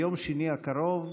ביום שני הקרוב,